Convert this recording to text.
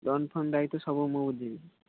loan phone ଦାୟିତ୍ୱ ସବୁ ମୁଁ ବୁଝିବି